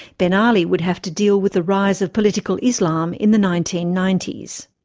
ben ali would have to deal with the rise of political islam in the nineteen ninety s.